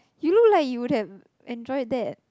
you look like you would have enjoyed that